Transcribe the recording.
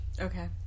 Okay